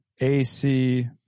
AC